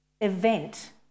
event